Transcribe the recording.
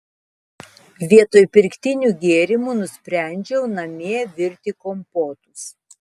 vietoj pirktinių gėrimų nusprendžiau namie virti kompotus